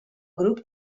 grup